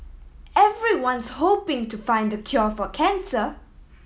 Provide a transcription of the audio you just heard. everyone's hoping to find the cure for cancer